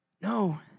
No